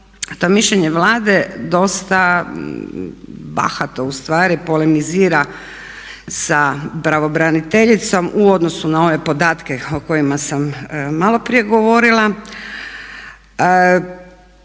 to mišljenje Vlade dosta bahato ustvari polemizira sa pravobraniteljicom u odnosu na ove podatke o kojima sam maloprije govorila,